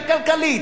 הכלכלית,